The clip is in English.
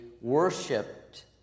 worshipped